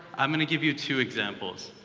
i'm going to give you two examples.